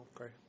okay